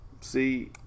See